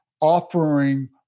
offering